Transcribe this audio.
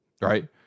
right